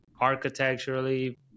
architecturally